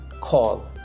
call